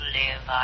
live